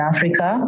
Africa